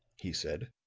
he said.